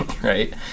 right